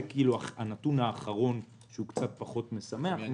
זה הנתון האחרון שהוא קצת פחות משמח.